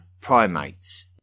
primates